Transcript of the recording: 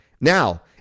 Now